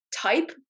type